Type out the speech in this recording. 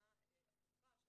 מגמה הפוכה,